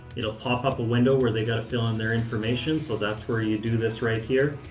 it'll pop up a window where they got to fill in their information. so that's where you do this right here.